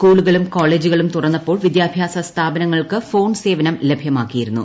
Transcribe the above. സ്കൂളുകളും കോളേജുകളും തുറന്നപ്പോൾ വിദ്യാഭ്യാസ സ്ഥാപനങ്ങൾക്ക് ഫോൺ സേവനം ലഭ്യമാക്കിയിരുന്നു